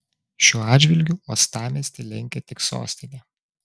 šiuo atžvilgiu uostamiestį lenkia tik sostinė